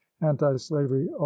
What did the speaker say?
anti-slavery